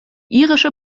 irische